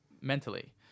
mentally